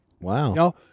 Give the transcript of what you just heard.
Wow